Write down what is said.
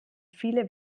viele